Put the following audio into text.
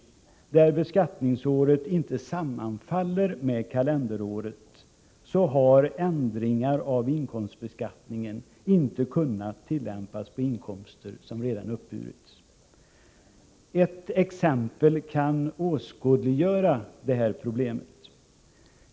Det gäller nämligen när beskattningsåret inte sammanfaller med kalenderåret och ändringar av inkomstbeskattningen således inte har kunnat tillämpas på inkomster som redan uppburits. Ett exempel kan åskådliggöra det här problemet.